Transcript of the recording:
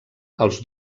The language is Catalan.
els